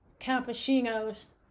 cappuccinos